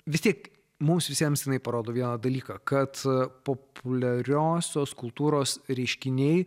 vis tiek mums visiems jinai parodo vieną dalyką kad populiariosios kultūros reiškiniai